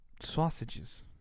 Sausages